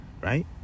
right